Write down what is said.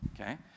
okay